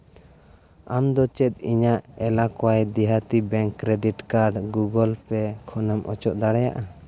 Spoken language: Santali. ᱟᱢ ᱫᱚ ᱪᱮᱫ ᱤᱧᱟᱹᱜ ᱮᱞᱞᱟᱠᱚᱣᱟᱫ ᱫᱮᱦᱟᱛᱤ bank credit card Google pay ᱠᱷᱚᱱᱮᱢ ᱚᱪᱚᱜ ᱫᱟᱲᱮᱭᱟᱜᱼᱟ